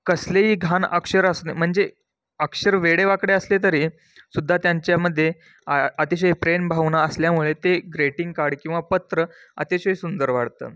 कसलेही घाण अक्षर असणे म्हणजे अक्षर वेडेवाकडे असले तरी सुद्धा त्यांच्यामध्ये आ अतिशय प्रेमभावना असल्यामुळे ते ग्रेटिंग कार्ड किंवा पत्र अतिशय सुंदर वाटतं